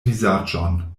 vizaĝon